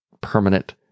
permanent